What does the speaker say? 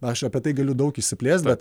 aš apie tai galiu daug išsiplėst bet